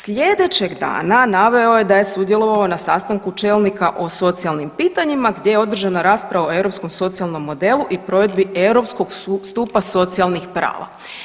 Slijedećeg dana naveo je da je sudjelovao na sastanku čelnika o socijalnim pitanjima gdje je održana rasprava o Europskom socijalnom modelu i provedbi Europskog stupa socijalnih prava.